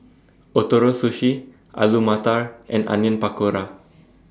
Ootoro Sushi Alu Matar and Onion Pakora